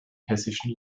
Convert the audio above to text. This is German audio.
hessischen